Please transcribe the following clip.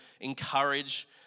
encourage